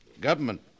Government